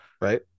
right